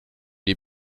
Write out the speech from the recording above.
les